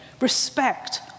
respect